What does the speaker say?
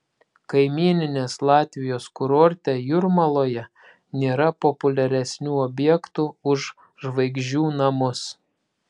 kaimyninės latvijos kurorte jūrmaloje nėra populiaresnių objektų už žvaigždžių namus